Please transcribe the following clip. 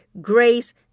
grace